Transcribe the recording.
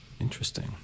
Interesting